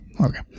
Okay